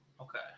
Okay